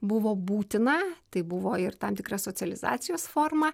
buvo būtina tai buvo ir tam tikra socializacijos forma